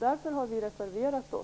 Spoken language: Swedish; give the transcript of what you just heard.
Därför har vi reserverat oss.